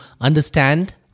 understand